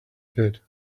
pit